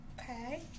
okay